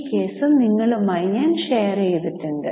ഈ കേസ് ഞാൻ നിങ്ങളുമായി ഷെയർ ചെയ്തിട്ടുണ്ട്